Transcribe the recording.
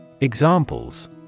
Examples